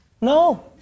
No